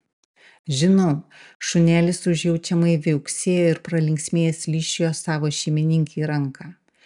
žinau šunelis užjaučiamai viauksėjo ir pralinksmėjęs lyžčiojo savo šeimininkei ranką